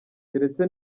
keretse